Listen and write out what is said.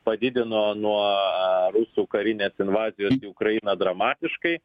padidino nuo rusų karinės invazijos į ukrainą dramatiškai